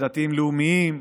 דתיים לאומיים וחילונים.